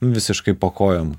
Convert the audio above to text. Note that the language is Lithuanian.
visiškai po kojom